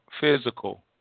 physical